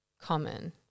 common